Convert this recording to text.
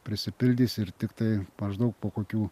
prisipildys ir tiktai maždaug po kokių